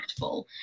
impactful